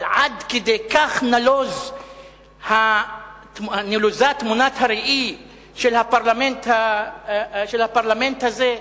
אבל עד כדי כך נלוזה תמונת הראי של הפרלמנט הזה,